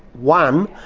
one,